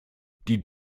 die